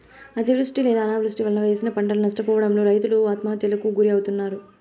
అతివృష్టి లేదా అనావృష్టి వలన వేసిన పంటలు నష్టపోవడంతో రైతులు ఆత్మహత్యలకు గురి అవుతన్నారు